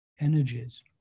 energies